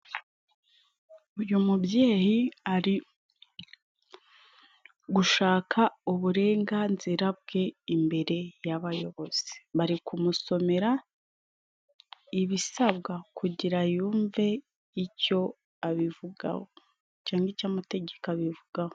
uyu mubyeyi ari gushaka uburenganzira bwe imbere y'abayobozi. Bari kumusomera ibisabwa kugira ngo yumve icyo abivugaho cyangwa icyo amategeko abivugaho. Uyu mubyeyi ari gushaka uburenganzira bwe imbere y'abayobozi. Bari kumusomera ibisabwa kugira yumve icyo abivugaho cyangwa icyo amategeko abivugaho.